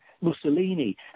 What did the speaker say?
Mussolini